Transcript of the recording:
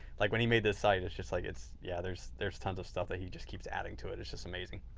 like when he made this site, it's just like yeah there's there's tons of stuff that he just keeps adding to it. it's just amazing.